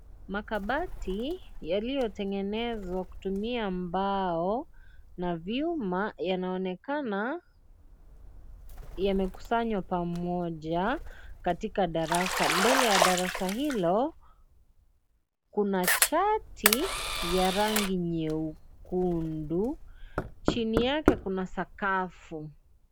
Makabati yaliyotengenezwa kutumia mbao, na vyuma yanaonekana yamekusanywa pamoja, katika darasa. Mbele ya darasa hilo, kuna chati ya rangi nyekundu, chini yake kuna sakafu.